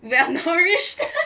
well nourished